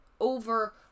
over